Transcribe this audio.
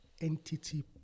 entity